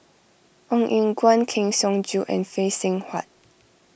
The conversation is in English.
Ong Eng Guan Kang Siong Joo and Phay Seng Whatt